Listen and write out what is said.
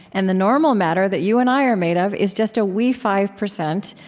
and the normal matter that you and i are made of is just a wee five percent.